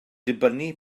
dibynnu